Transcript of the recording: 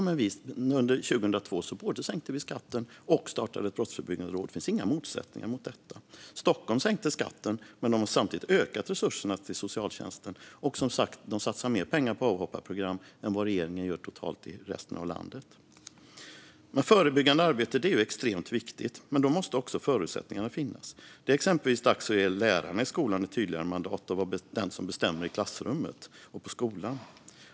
Men under 2002 både sänkte vi skatten och startade ett brottsförebyggande råd; det finns inga motsättningar i detta. Stockholm sänkte skatten, men de har samtidigt ökat resurserna till socialtjänsten. De satsar också, som sagt, mer pengar på avhopparprogram än vad regeringen gör totalt i resten av landet. Förebyggande arbete är ju extremt viktigt, men då måste också förutsättningarna finnas. Det är exempelvis dags att ge lärarna i skolan ett tydligare mandat att vara de som bestämmer i klassrummen och på skolorna.